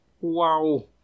wow